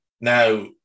Now